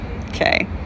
okay